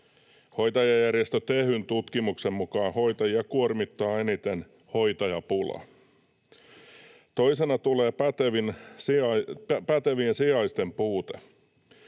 Hoitajajärjestö Tehyn tutkimuksen mukaan hoitajia kuormittaa eniten hoitajapula. Toisena tulee pätevien sijaisten puute.